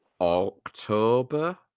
October